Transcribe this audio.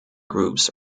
groups